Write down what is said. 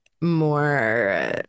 more